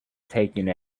taking